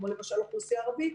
כמו למשל עם האוכלוסייה הערבית,